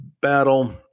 battle